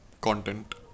content